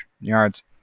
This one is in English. yards